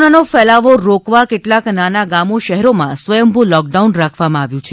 કોરોનાનો ફેલાવો રોકવા કેટલાક નાના ગામો શહેરોમાં સ્વયંભૂ લોકડાઉન રાખવામાં આવ્યું છે